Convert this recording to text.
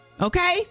Okay